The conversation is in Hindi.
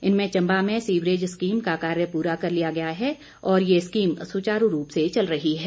इनमें चंबा में सीवरेज स्कीम का कार्य पूरा कर लिया गया है और यह स्कीम सुचारू रूप से चल रही है